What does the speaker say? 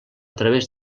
través